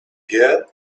here